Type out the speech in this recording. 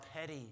petty